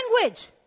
language